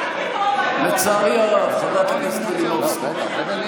אני יוצאת מפה --- (חברת הכנסת יוליה מלינובסקי יוצאת מאולם